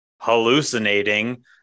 hallucinating